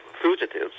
fugitives